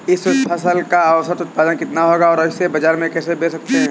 इस फसल का औसत उत्पादन कितना होगा और हम इसे बाजार में कैसे बेच सकते हैं?